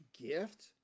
gift